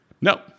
No